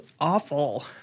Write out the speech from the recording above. awful